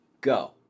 Go